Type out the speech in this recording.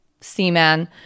seaman